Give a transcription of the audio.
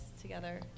together